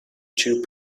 too